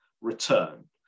return